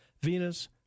Venus